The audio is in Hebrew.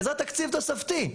בעזרת תקציב תוספתי.